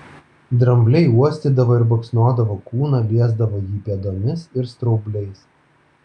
drambliai uostydavo ir baksnodavo kūną liesdavo jį pėdomis ir straubliais